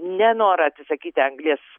nenorą atsisakyti anglies